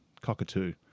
cockatoo